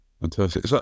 Fantastic